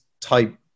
type